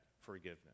forgiveness